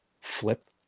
Flip